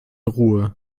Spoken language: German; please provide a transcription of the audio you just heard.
ruhe